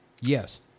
Yes